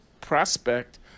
prospect